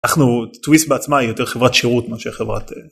אנחנו טוויסט בעצמה היא יותר חברת שירות ממה שחברת.